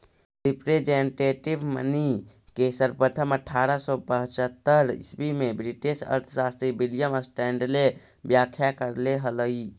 representative money के सर्वप्रथम अट्ठारह सौ पचहत्तर ईसवी में ब्रिटिश अर्थशास्त्री विलियम स्टैंडले व्याख्या करले हलई